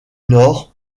nord